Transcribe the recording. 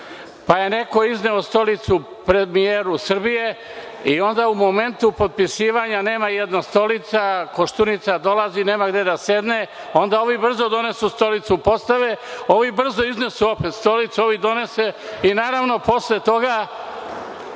pa je neko izneo stolicu premijeru Srbije i onda u momentu potpisivanja nema jedne stolice, Koštunica dolazi i nema gde da sedne. Ovi brzo donesu stolicu, postave, a ovi opet brzo iznesu stolicu, ovi donose i posle toga